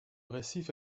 récif